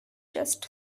just